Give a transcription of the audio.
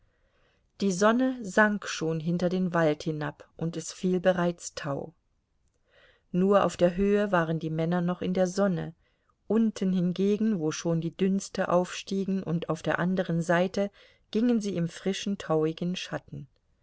die sonne sank schon hinter den wald hinab und es fiel bereits tau nur auf der höhe waren die mäher noch in der sonne unten hingegen wo schon die dünste aufstiegen und auf der andern seite gingen sie im frischen tauigen schatten